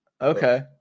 Okay